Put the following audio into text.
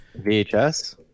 VHS